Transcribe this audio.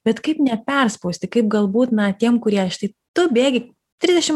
bet kaip neperspausti kaip galbūt na tiem kurie štai tu bėgi trisdešim